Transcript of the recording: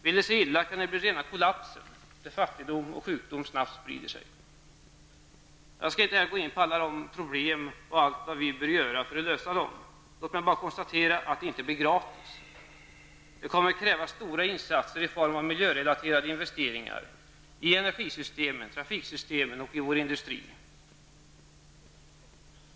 Vill det sig illa kan det bli rena kollapsen, där fattigdom och sjukdom snabbt sprider sig. Jag skall inte här gå in på alla dessa problem och allt vad vi bör göra för att lösa dem. Låt mig bara konstatera att det inte blir gratis. Det kommer att krävas stora insatser i form av miljörelaterade investeringar i energisystemen, trafiksystemen och vår industri.